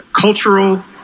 cultural